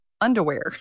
underwear